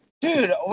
Dude